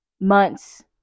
months